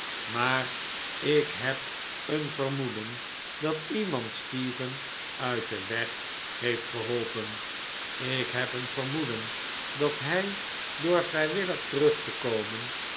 maar ik heb een vermoeden dat iemand stephen uit den weg heeft geholpen ik heb een vermoeden dat hij door vrijwillig terug te komen